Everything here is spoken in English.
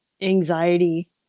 anxiety